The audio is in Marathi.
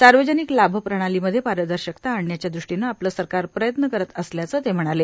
सार्वजनिक लाभ प्रणालीमध्ये पारदर्शकता आणण्याच्या दृष्टीनं आपलं सरकार प्रयत्न करत असल्याचं ते म्हणाले